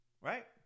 right